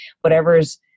whatever's